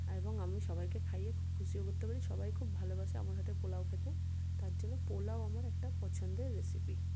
এবং আমি সবাইকে খাইয়ে খুব খুশিও করতে পারি সবাই খুব ভালবাসে আমার হাতের পোলাও খেতে তার জন্য পোলাও আমার একটা পছন্দের রেসিপি